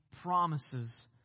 promises